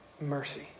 mercy